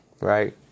Right